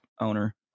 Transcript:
owner